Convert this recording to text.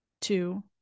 Two